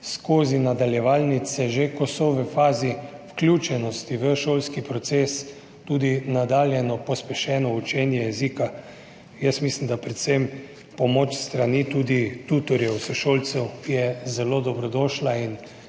skozi nadaljevalnice, ko so že v fazi vključenosti v šolski proces, tudi nadaljnje pospešeno učenje jezika. Mislim, da je predvsem pomoč s strani tudi tutorjev, sošolcev zelo dobrodošla in